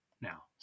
now